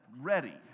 ready